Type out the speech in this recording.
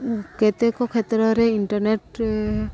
କେତେକ କ୍ଷେତ୍ରରେ ଇଣ୍ଟରନେଟ୍